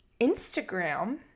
Instagram